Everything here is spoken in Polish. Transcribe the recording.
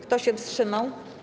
Kto się wstrzymał?